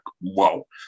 whoa